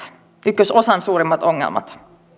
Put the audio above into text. ykkösosan suurimmat ongelmat